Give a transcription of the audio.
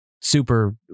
super